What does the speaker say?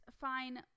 fine